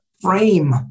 frame